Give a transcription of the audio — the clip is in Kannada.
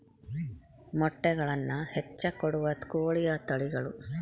ಮೊಟ್ಟೆಗಳನ್ನ ಹೆಚ್ಚ ಕೊಡುವ ಕೋಳಿಯ ತಳಿಗಳು